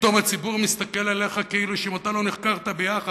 פתאום הציבור מסתכל עליך שאם לא נחקרת ביאח"ה,